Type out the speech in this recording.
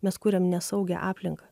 mes kuriam nesaugią aplinką